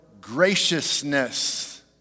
graciousness